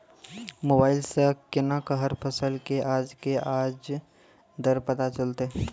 Mobile सऽ केना कऽ हर फसल कऽ आज के आज दर पता चलतै?